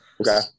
Okay